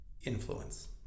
influence